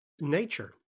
Nature